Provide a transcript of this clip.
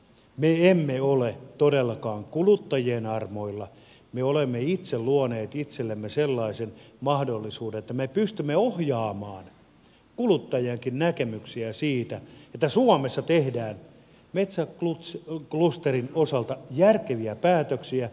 me emme ole todellakaan kuluttajien armoilla me olemme itse luoneet itsellemme sellaisen mahdollisuuden että me pystymme ohjaamaan kuluttajienkin näkemyksiä siitä että suomessa tehdään metsäklusterin osalta järkeviä päätöksiä